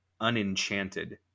unenchanted